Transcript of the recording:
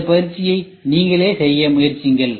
இந்த பயிற்சியை நீங்களே செய்ய முயற்சி செய்யுங்கள்